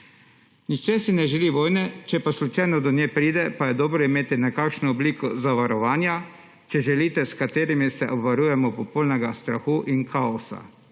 Nihče si ne želi vojne, če slučajno do nje pride, pa je dobro imeti nekakšno obliko zavarovanja, če želite, s katerimi se obvarujemo popolnega strahu in kaosa.